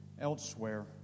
elsewhere